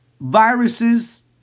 viruses